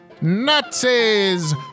Nazis